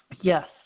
Yes